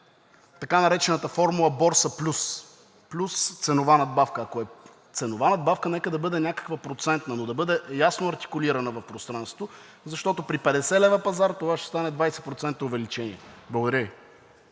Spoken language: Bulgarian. така наречената формула борса плюс – плюс ценова надбавка? Ако е ценова надбавка, нека да бъде някаква процентна, но да бъде ясно артикулирана в пространството, защото при 50 лв. пазар това ще стане 20% увеличение. Благодаря